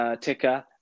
ticker